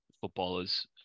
footballers